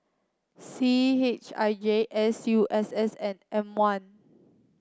C H I J S U S S and M one